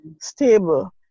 stable